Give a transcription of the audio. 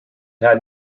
had